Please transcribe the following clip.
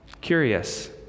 Curious